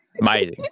Amazing